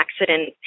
accident